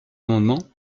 amendement